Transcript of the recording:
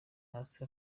hasi